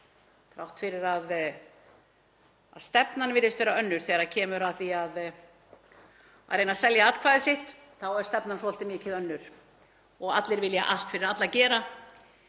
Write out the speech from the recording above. þrátt fyrir að stefnan virðist vera önnur þegar kemur að því að reyna að selja atkvæði sitt. Þá er stefnan svolítið mikið önnur og allir vilja allt fyrir alla gera.